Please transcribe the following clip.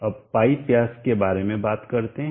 अब पाइप व्यास के बारे में बात करते हैं